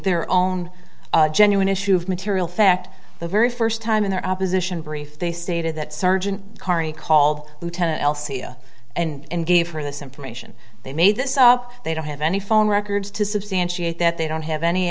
their own genuine issue of material fact the very first time in their opposition brief they stated that sergeant cari called lieutenant and gave her this information they made this up they don't have any phone records to substantiate that they don't have any